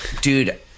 dude